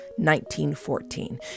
1914